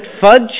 fudge